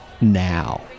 now